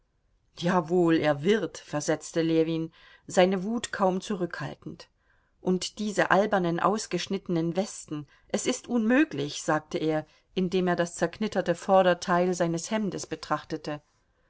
jawohl er wird versetzte ljewin seine wut kaum zurückhaltend und diese albernen ausgeschnittenen westen es ist unmöglich sagte er indem er das zerknitterte vorderteil seines hemdes betrachtete